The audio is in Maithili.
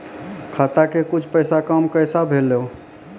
खाता के कुछ पैसा काम कैसा भेलौ?